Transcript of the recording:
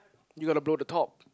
you gotta blow the top